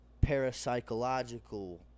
parapsychological